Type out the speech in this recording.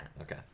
Okay